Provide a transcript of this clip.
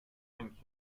think